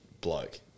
bloke